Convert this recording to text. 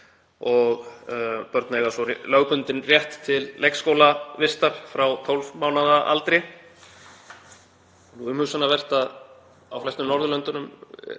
og börn eiga svo lögbundinn rétt til leikskólavistar frá 12 mánaða aldri. Það er umhugsunarvert að á flestum Norðurlöndum